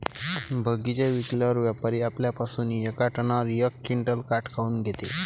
बगीचा विकल्यावर व्यापारी आपल्या पासुन येका टनावर यक क्विंटल काट काऊन घेते?